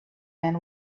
man